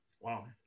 wow